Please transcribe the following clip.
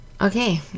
Okay